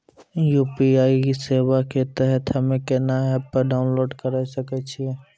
UPI सेवा के तहत हम्मे केना एप्प डाउनलोड करे सकय छियै?